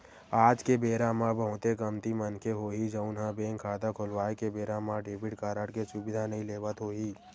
आज के बेरा म बहुते कमती मनखे होही जउन ह बेंक खाता खोलवाए के बेरा म डेबिट कारड के सुबिधा नइ लेवत होही